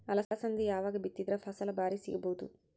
ಅಲಸಂದಿ ಯಾವಾಗ ಬಿತ್ತಿದರ ಫಸಲ ಭಾರಿ ಸಿಗಭೂದು?